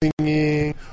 singing